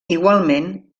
igualment